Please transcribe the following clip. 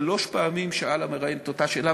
שלוש פעמים שאל המראיין את אותה השאלה,